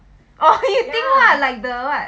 orh you think lah like the what